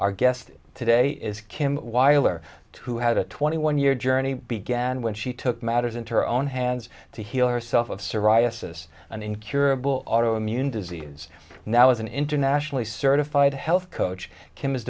our guest today is kim while or who had a twenty one year journey began when she took matters into her own hands to heal herself of psoriasis an incurable auto immune disease now as an internationally certified health coach kim is